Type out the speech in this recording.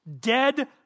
Dead